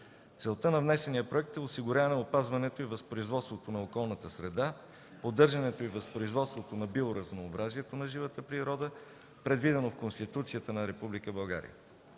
Целта на внесения проект е осигуряване опазването и възпроизводството на околната среда, поддържането и възпроизводството на биоразнообразието на живата природа, предвидено в Конституцията на